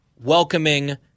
welcoming